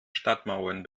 stadtmauern